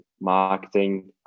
marketing